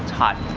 hot!